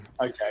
Okay